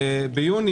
ביוני,